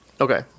Okay